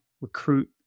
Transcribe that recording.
recruit